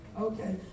Okay